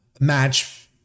match